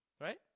right